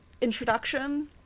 introduction